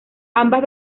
ambas